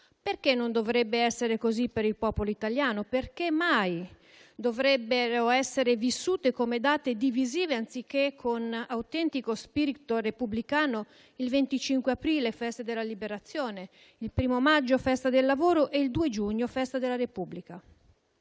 Perché non dovrebbe essere così per il popolo italiano? Perché mai dovrebbero essere vissute come date divisive, anziché con autentico spirito repubblicano, il 25 aprile, festa della liberazione, il 1° maggio, festa del lavoro, e il 2 giugno, festa della Repubblica?